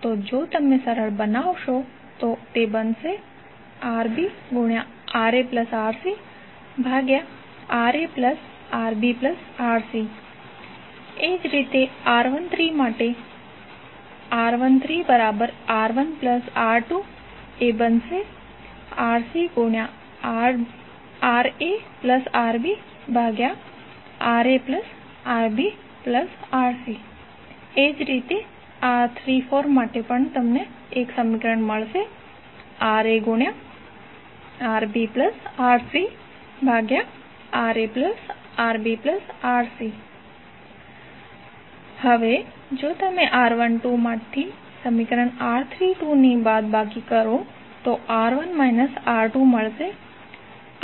તો જો તમે સરળ બનાવશો તો તે બનશે RbRaRcRaRbRc એ જ રીતેR13 માટે R13R1R2RcRaRbRaRbRc R34R2R3RaRbRcRaRbRc હવે જો તમે R12 માંથી સમીકરણ R32 બાદ કરો તો R1 R2RcRb